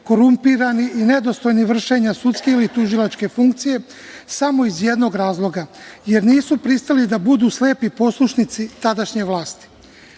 korumpirani i nedostojni vršenja sudske ili tužilačke funkcije samo iz jednog razloga, jer nisu pristali da budu slepi poslušnici tadašnje vlasti.